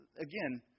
again